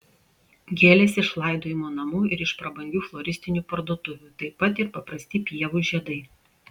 gėlės iš laidojimo namų ir iš prabangių floristinių parduotuvių taip pat ir paprasti pievų žiedai